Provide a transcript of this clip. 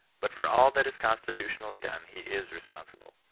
but for all that is constitutionally done he is responsible.